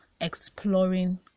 exploring